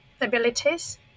abilities